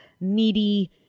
meaty